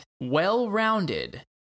well-rounded